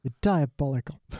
diabolical